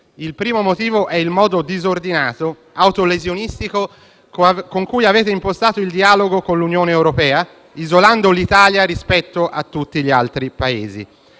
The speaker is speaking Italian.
il primo è il modo disordinato e autolesionistico con cui avete impostato il dialogo con l'Unione europea, isolando l'Italia rispetto a tutti gli altri Paesi;